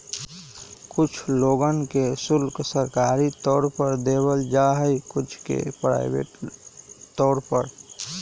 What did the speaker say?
कुछ लोगन के शुल्क सरकारी तौर पर देवल जा हई कुछ के प्राइवेट तौर पर